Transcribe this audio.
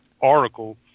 article